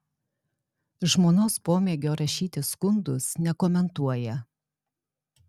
žmonos pomėgio rašyti skundus nekomentuoja